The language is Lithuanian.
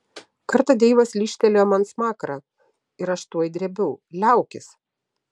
kartą deivas lyžtelėjo man smakrą ir aš tuoj drėbiau liaukis